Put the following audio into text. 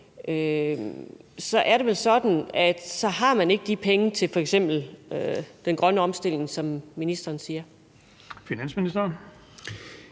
på det, så ikke har de penge til f.eks. den grønne omstilling, som ministeren siger.